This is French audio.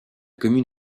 commune